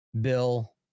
Bill